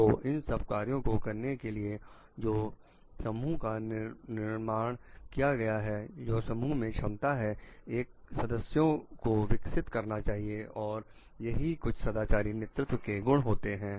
तो इन सब कार्यों को करने के लिए जो समूह का निर्माण किया गया है तो समूह में क्षमता 1 सदस्यों को विकसित करना चाहिए और यही कुछ सदाचारी नेतृत्व के गुण होते हैं